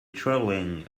travelling